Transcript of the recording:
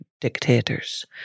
dictators